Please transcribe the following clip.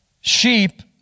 Sheep